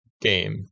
game